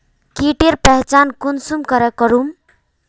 कीटेर पहचान कुंसम करे करूम?